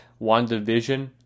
WandaVision